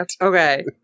Okay